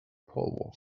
paul